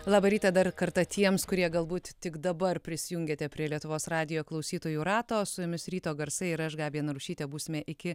labą rytą dar kartą tiems kurie galbūt tik dabar prisijungetė prie lietuvos radijo klausytojų rato su jumis ryto garsai ir aš gabija narušytė būsime iki